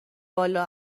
والا